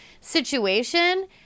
situation